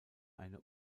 eine